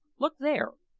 look there,